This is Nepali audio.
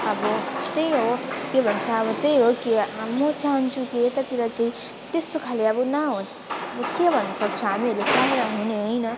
अब त्यही हो के भन्छ अब त्यही हो के म चाहन्छु कि यतातिर चाहिँ त्यस्तो खाले अब नहोस् अब के भनेर सोच्छ हामीले चाहेर हुने होइन